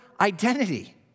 identity